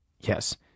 Yes